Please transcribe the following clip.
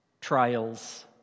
Trials